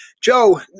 Joe